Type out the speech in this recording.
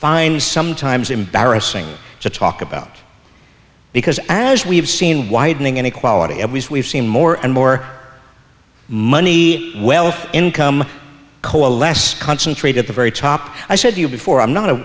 find sometimes embarrassing to talk about because as we've seen widening inequality we've seen more and more money wealth income coalesce concentrate at the very top i said you before i'm not